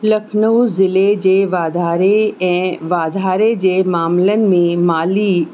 लखनऊ ज़िले जे वाधारे ऐं वाधारे जे मामलन में माली